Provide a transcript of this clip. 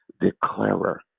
declarer